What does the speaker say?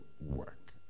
work